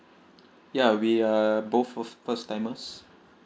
ya we are both first first timers